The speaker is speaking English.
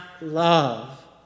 love